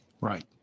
Right